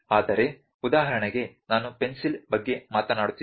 ಆದರೆ ಉದಾಹರಣೆಗೆ ನಾನು ಪೆನ್ಸಿಲ್ ಬಗ್ಗೆ ಮಾತನಾಡುತ್ತಿದ್ದೇನೆ